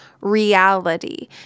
reality